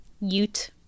Ute